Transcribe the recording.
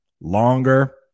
longer